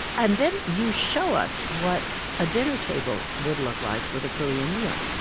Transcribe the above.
and then you show us what a dinner table would look like with a korean meal,